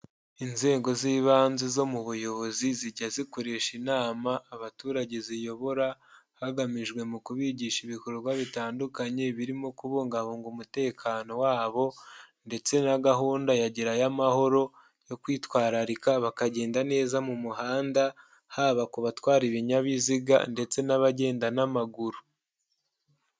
Inzego z'ibanze zo mu buyobozi zijya zikoresha inama abaturage ziyobora hagamijwe mu kubigisha ibikorwa bitandukanye birimo kubungabunga umutekano wabo ndetse na gahunda ya gerao amahoro yo kwitwararika bakagenda neza mu muhanda, haba ku batwara ibinyabiziga ndetse n'abagenda n'amaguru.